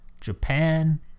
Japan